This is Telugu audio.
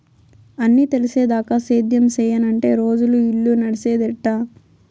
అన్నీ తెలిసేదాకా సేద్యం సెయ్యనంటే రోజులు, ఇల్లు నడిసేదెట్టా